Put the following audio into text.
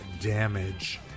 Damage